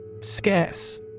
Scarce